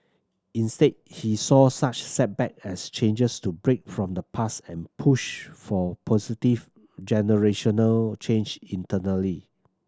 instead he saw such setback as chances to break from the past and push for positive generational change internally